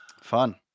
Fun